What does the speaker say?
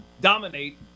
dominate